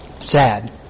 Sad